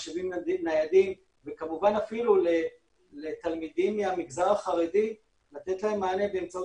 מחשבים ניידים ואפילו לתלמידים מהמגזר החרדי לתת להם מענה באמצעות